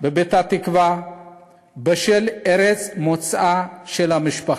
בפתח-תקווה בשל ארץ מוצאה של המשפחה,